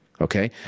okay